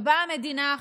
ובאה עכשיו המדינה,